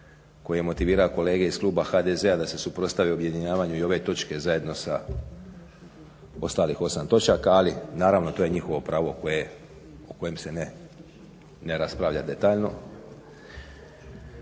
koji je motivirao kolege iz kluba HDZ-a da se suprotstave objedinjavanju i ove točke zajedno sa ostalih 8 točaka, ali naravno to je njihovo pravo o kojem se ne raspravlja detaljno.